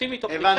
עושים איתו פריסה,